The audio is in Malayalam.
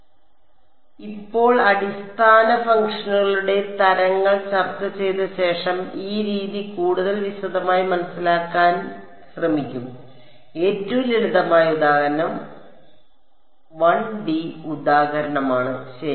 അതിനാൽ ഇപ്പോൾ അടിസ്ഥാന ഫംഗ്ഷനുകളുടെ തരങ്ങൾ ചർച്ച ചെയ്ത ശേഷം ഈ രീതി കൂടുതൽ വിശദമായി മനസിലാക്കാൻ ഞങ്ങൾ ശ്രമിക്കും ഏറ്റവും ലളിതമായ ഉദാഹരണം 1D ഉദാഹരണമാണ് ശരി